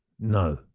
No